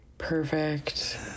perfect